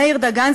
מאיר דגן,